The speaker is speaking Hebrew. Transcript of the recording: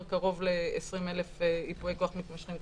קרוב ל-20,000 ייפויי כוח מתמשכים.